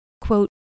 quote